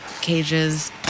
cages